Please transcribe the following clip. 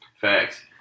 Facts